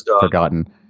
forgotten